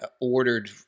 ordered